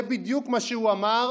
זה בדיוק מה שהוא אמר,